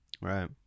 Right